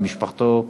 עם משפחתו,